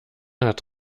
hat